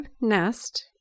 nest